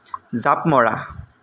জাঁপ মৰা